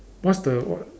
what's the what